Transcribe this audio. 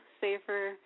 safer